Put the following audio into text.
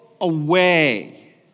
away